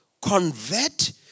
convert